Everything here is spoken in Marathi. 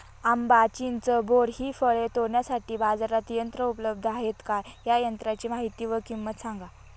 आंबा, चिंच, बोर हि फळे तोडण्यासाठी बाजारात यंत्र उपलब्ध आहेत का? या यंत्रांची माहिती व किंमत सांगा?